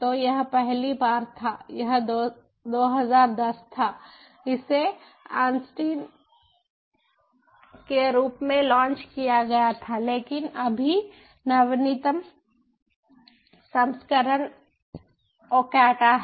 तो यह पहली बार था यह 2010 था इसे ऑस्टिन के रूप में लॉन्च किया गया था लेकिन अभी नवीनतम संस्करण ओकाटा है